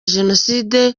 jenoside